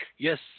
Yes